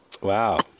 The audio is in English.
Wow